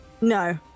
No